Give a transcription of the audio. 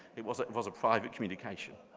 it was it was a private communication.